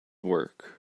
work